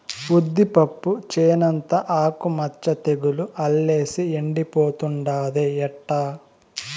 ఉద్దిపప్పు చేనంతా ఆకు మచ్చ తెగులు అల్లేసి ఎండిపోతుండాదే ఎట్టా